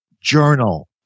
journal